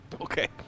Okay